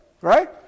right